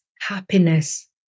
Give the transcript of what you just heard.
happiness